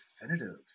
definitive